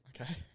Okay